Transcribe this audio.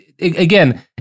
again